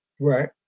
Right